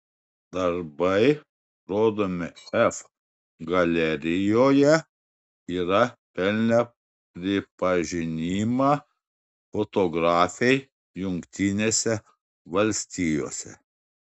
darbai rodomi f galerijoje yra pelnę pripažinimą fotografei jungtinėse valstijose